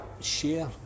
Share